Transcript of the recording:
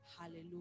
hallelujah